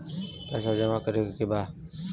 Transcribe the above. पैसा जमा करे के बा?